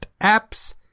apps